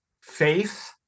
faith